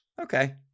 okay